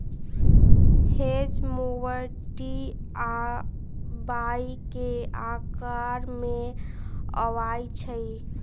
hedge mower T आ Y के अकार में अबई छई